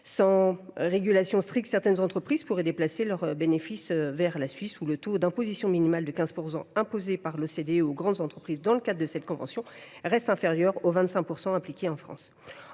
de régulation stricte, certaines entreprises pourraient déplacer leurs bénéfices vers la Suisse, où le taux minimal de 15 % imposé par l’OCDE aux grandes entreprises dans le cadre de cette convention reste inférieur au taux de 25 % appliqué en France.